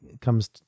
comes